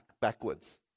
backwards